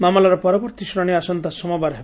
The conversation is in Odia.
ମାମଲାର ପରବର୍ତୀ ଶୁଶାଶି ଆସନ୍ତା ସୋମବାର ହେବ